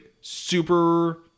Super